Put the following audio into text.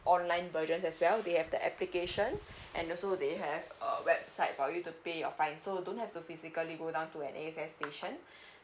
online version as well they have the application and also they have a website for you to pay your fine so don't have to physically go down to an A_X_S station